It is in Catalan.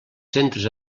centres